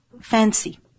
fancy